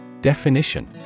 Definition